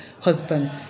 husband